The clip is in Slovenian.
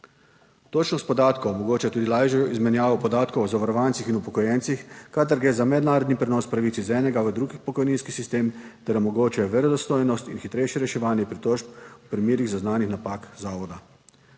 Točnost podatkov omogoča tudi lažjo izmenjavo podatkov o zavarovancih in upokojencih, kadar gre za mednarodni prenos pravic iz enega v drug pokojninski sistem ter omogočajo verodostojnost in hitrejše reševanje pritožb v primerih zaznanih napak zavoda.